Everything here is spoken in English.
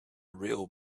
real